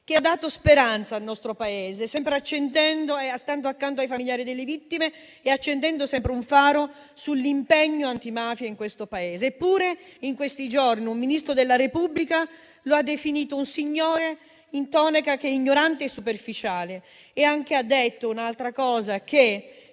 che ha dato speranza al nostro Paese, stando sempre accanto ai familiari delle vittime e accendendo sempre un faro sull'impegno antimafia nel Paese. Eppure, in questi giorni un Ministro della Repubblica lo ha definito un signore in tonaca ignorante e superficiale e ha detto anche che,